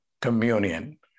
communion